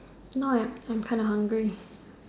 now I am I am Trena hungry